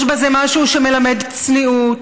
יש בזה משהו שמלמד צניעות,